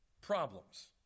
Problems